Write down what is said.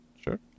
Sure